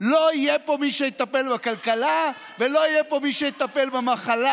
לא יהיה פה מי שיטפל בכלכלה ולא יהיה פה מי שיטפל במחלה.